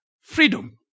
freedom